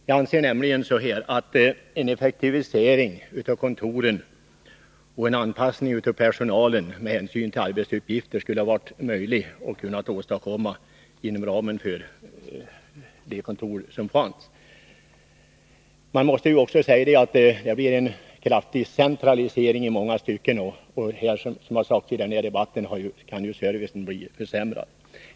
Jag anser att en effektivisering av kontoren och en anpassning av personalen med hänsyn till arbetsuppgifterna skulle ha kunnat åstadkommas inom ramen för de kontor som finns. Det blir också i många stycken en kraftig centralisering, och som sagts i denna debatt kan servicen komma att bli försämrad.